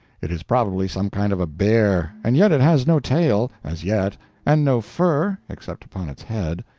it is probably some kind of a bear and yet it has no tail as yet and no fur, except upon its head.